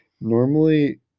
Normally